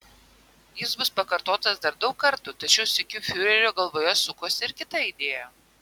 jis bus pakartotas dar daug kartų tačiau sykiu fiurerio galvoje sukosi ir kita idėja